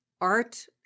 art